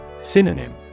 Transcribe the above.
Synonym